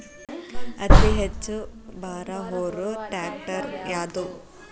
ಅತಿ ಹೆಚ್ಚ ಭಾರ ಹೊರು ಟ್ರ್ಯಾಕ್ಟರ್ ಯಾದು?